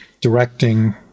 directing